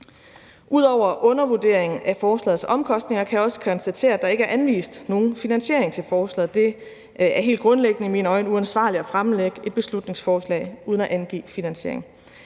Ud over undervurderingen af forslagets omkostninger kan jeg også konstatere, at der ikke er anvist nogen finansiering til forslaget. Det er i mine øjne helt grundlæggende uansvarligt at fremsætte et beslutningsforslag uden at angive finansiering.